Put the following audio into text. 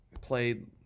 played